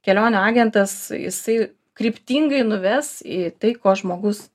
kelionių agentas jisai kryptingai nuves į tai ko žmogus